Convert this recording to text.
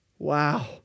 Wow